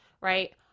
right